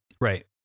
Right